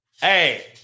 hey